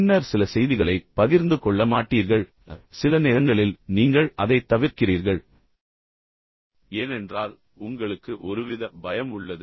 பின்னர் சில செய்திகளைப் பகிர்ந்து கொள்ள மாட்டீர்கள் சில நேரங்களில் நீங்கள் அதைத் தவிர்க்கிறீர்கள் ஏனென்றால் உங்களுக்கு ஒருவித பயம் உள்ளது